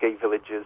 villages